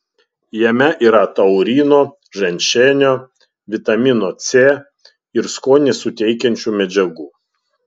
jame yra taurino ženšenio vitamino c ir skonį suteikiančių medžiagų